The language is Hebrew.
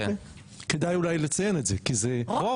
אוקי, כדאי אולי לציין את זה, כי זה --.